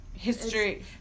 history